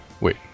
Wait